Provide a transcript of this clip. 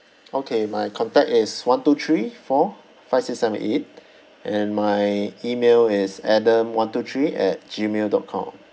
okay my contact is one two three four five six seven eight and my email is adam one two three at G mail dot com